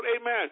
Amen